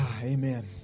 Amen